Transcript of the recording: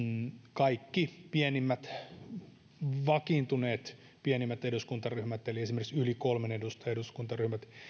kaikki vakiintuneet pienimmät eduskuntaryhmät eli esimerkiksi yli kolmen edustajan eduskuntaryhmät